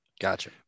Gotcha